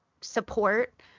support